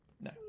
No